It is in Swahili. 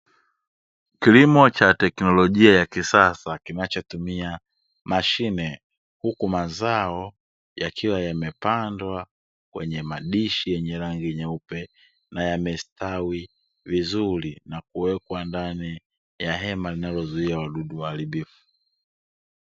Kilimo cha teknolojia ya kisasa kinachotumia mashine, huku mazao yakiwa yamepandwa kwenye madishi yenye rangi nyeupe, na yamestawi vizuri na kuwekwa ndani ya hema linalozuia wadudu waharibifu.